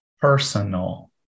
personal